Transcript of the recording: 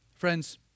Friends